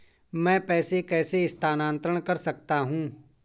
मैं पैसे कैसे स्थानांतरण कर सकता हूँ?